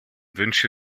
wünsche